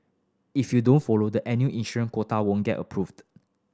if you don't follow the annual issuance quota won't get approved